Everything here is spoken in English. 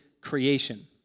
creation